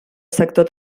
sector